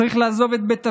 הוא צריך לעזוב את בית אביו,